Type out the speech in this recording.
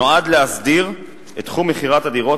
נועד להסדיר את תחום מכירת הדירות,